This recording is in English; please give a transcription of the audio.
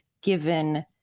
given